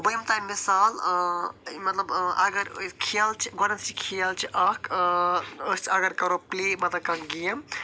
بہٕ دِمہٕ تۄہہِ مثال اۭں مطلب اۭں اگر أسۍ کھیلہٕ چھِ گۄڈنٮ۪تھ چھِ کھیل چھِ اکھ أسۍ اگر کرو پلے مطلب کانٛہہ گٮ۪م